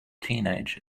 teenager